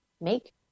make